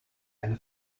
eine